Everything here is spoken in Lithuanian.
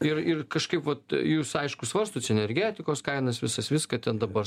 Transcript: ir ir kažkaip vat jūs aišku svarstot energetikos kainas visas viską ten dabar